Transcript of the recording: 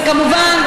וכמובן,